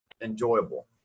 enjoyable